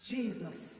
Jesus